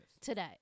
Today